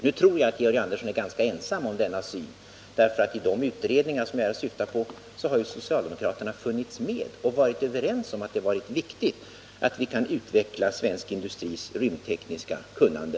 Nu tror jag att Georg Andersson är ganska ensam om denna syn, för i de utredningar som jag syftar på har ju socialdemokraterna funnits med och varit överens med oss om att det varit viktigt att vi kan utveckla svensk industris rymdtekniska kunnande.